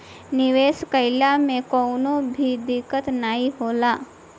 निवेश कइला मे कवनो भी दिक्कत नाइ होला